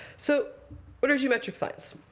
so what are geometric signs?